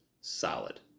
Solid